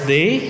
Day